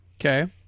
Okay